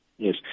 Yes